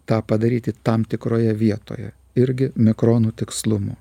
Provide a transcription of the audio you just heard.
tą padaryti tam tikroje vietoje irgi mikronų tikslumu